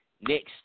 next